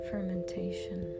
fermentation